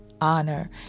honor